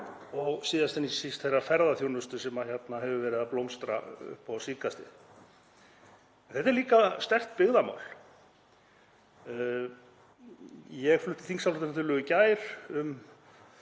og síðast en ekki síst þeirrar ferðaþjónustu sem hefur verið að blómstra upp á síðkastið. Þetta er líka sterkt byggðamál. Ég flutti þingsályktunartillögu í gær